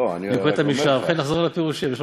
אחרי זה נחזור לפירושים.